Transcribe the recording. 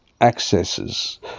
accesses